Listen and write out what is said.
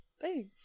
Thanks